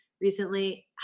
recently